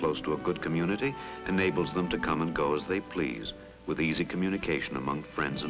close to a good community and neighbors them to come and go as they please with easy communication among friends